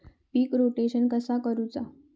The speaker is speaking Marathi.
पीक रोटेशन कसा करूचा?